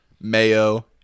mayo